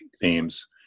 themes